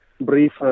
brief